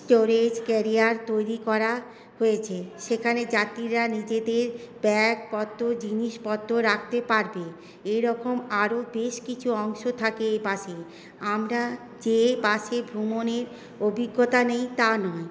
storage carrier তৈরি করা হয়েছে সেখানে যাত্রীরা নিজেদের ব্যাগপত্র জিনিসপত্র রাখতে পারবে এইরকম আরও বেশ কিছু অংশ থাকে এই বাসে আমরা যে বাসে ভ্রমণের অভিজ্ঞতা নেই তা নয়